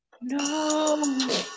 No